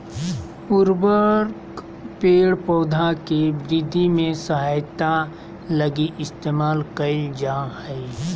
उर्वरक पेड़ पौधा के वृद्धि में सहायता लगी इस्तेमाल कइल जा हइ